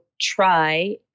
try